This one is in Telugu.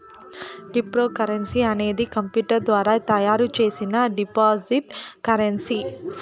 క్రిప్తోకరెన్సీ అనేది కంప్యూటర్ ద్వారా తయారు చేసిన డిజిటల్ కరెన్సీ